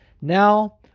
Now